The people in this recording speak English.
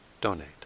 donate